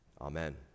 Amen